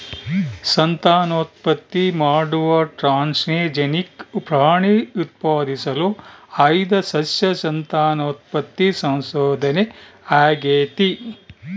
ಸಂತಾನೋತ್ಪತ್ತಿ ಮಾಡುವ ಟ್ರಾನ್ಸ್ಜೆನಿಕ್ ಪ್ರಾಣಿ ಉತ್ಪಾದಿಸಲು ಆಯ್ದ ಸಸ್ಯ ಸಂತಾನೋತ್ಪತ್ತಿ ಸಂಶೋಧನೆ ಆಗೇತಿ